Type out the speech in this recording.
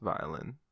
violin